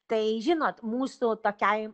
tai žinot mūsų tokiai